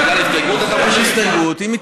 בגלל ההסתייגות אתה ממשיך?